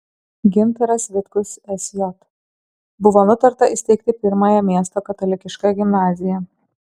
gintaras vitkus sj buvo nutarta įsteigti pirmąją miesto katalikišką gimnaziją